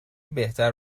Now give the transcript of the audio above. بهتر